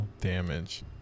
Damage